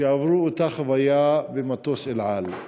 שעברו את אותה חוויה במטוס "אל על".